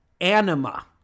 anima